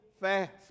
fast